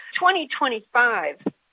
2025